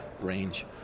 range